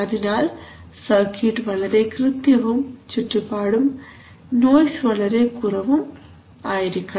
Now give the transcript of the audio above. അതിനാൽ സർക്യൂട്ട് വളരെ കൃത്യവും ചുറ്റുപാടും നോയ്സ് വളരെ കുറവും ആയിരിക്കണം